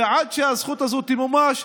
ועד שהזכות הזאת תמומש,